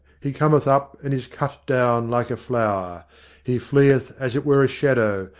he cometh up, and is cut down, like a flower he fleeth as it were a shadow,